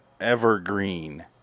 Evergreen